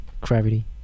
gravity